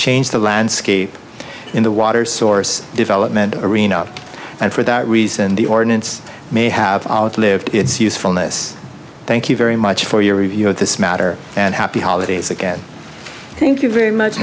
changed the landscape in the water source development arena and for that reason the ordinance may have lived its usefulness thank you very much for your review of this matter and happy holidays again thank you very much